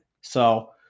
So-